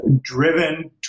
driven